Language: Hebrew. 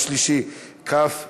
(אישור הסכם ומעמד היילוד) (תיקון מס' 2),